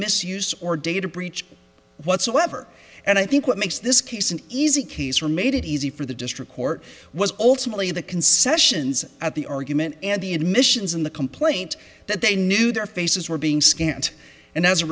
misuse or data breach whatsoever and i think what makes this case an easy case for made it easy for the district court was ultimately the concessions at the argument and the admissions in the complaint that they knew their faces were being scant and as a